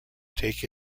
take